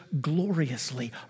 gloriously